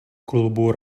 klubu